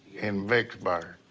in vicksburg.